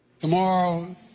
Tomorrow